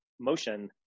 motion